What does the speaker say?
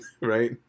right